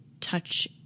touch